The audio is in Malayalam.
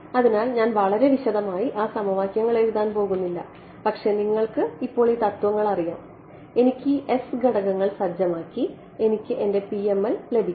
അതിനാൽ ഞാൻ വളരെ വിശദമായി ആ സമവാക്യങ്ങൾ എഴുതാൻ പോകുന്നില്ല പക്ഷേ നിങ്ങൾക്ക് ഇപ്പോൾ ഈ തത്വങ്ങൾ അറിയാം എനിക്ക് ഈ ഘടകങ്ങൾ സജ്ജമാക്കി എനിക്ക് എന്റെ PML ലഭിക്കാം